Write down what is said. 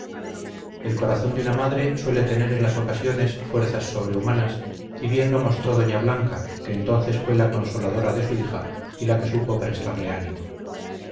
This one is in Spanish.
el corazón de una madre suele tener en las ocasiones fuerzas sobrehumanas y bien lo mostró doña blanca que entonces fue la consoladora de su hija y la que supo prestarle ánimo